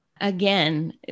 Again